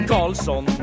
Carlson